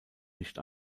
nicht